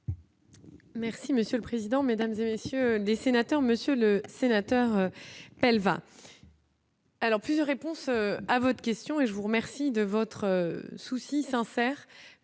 Merci monsieur le président, Mesdames et messieurs les sénateurs, Monsieur le Sénateur, elle va. Alors, plusieurs réponses à votre question et je vous remercie de votre souci sans